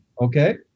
Okay